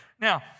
Now